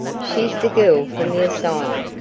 she's the girl from the asylum,